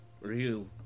Real